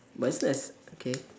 but isn't S okay